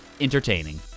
entertaining